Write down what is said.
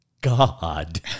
God